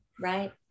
Right